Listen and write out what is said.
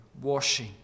Washing